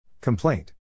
Complaint